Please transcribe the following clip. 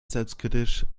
selbstkritisch